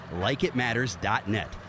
LikeItMatters.net